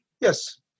Yes